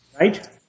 Right